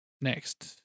next